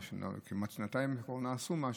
כמעט שנתיים קורונה עשו משהו,